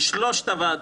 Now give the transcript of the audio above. קשקשן.